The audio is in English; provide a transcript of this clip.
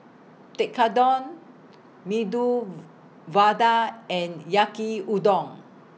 Tekkadon Medu Vada and Yaki Udon